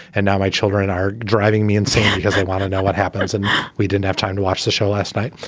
and now my children are driving me insane because they want to know what happens. and we didn't have time to watch the show last night.